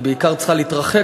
היא בעיקר צריכה להתרחק.